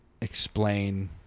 explain